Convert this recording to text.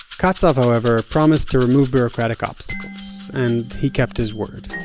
katsav, however, promised to remove bureaucratic ops and he kept his word.